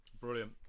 Brilliant